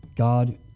God